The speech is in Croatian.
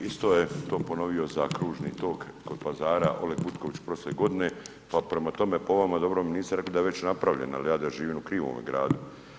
Isto je to ponovio za kružni tok kod pazara Oleg Butković prošle godine, pa prema tome, po vama dobro da mi niste rekli da je već napravljen ili ja da živim u krivom gradu.